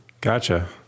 Gotcha